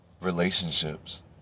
relationships